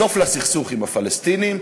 סוף לסכסוך עם הפלסטינים,